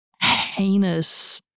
heinous